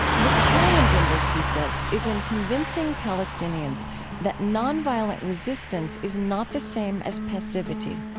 the challenge in this, he says, is in convincing palestinians that nonviolent resistance is not the same as passivity